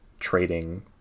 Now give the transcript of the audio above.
trading